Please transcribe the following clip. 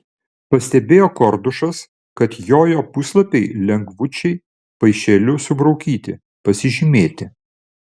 pastebėjo kordušas kad jojo puslapiai lengvučiai paišeliu subraukyti pasižymėti